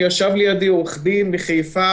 ישב לידי עורך דין ותיק מחיפה